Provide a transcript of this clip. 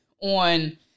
On